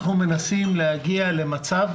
אנחנו מנסים להגיע למצב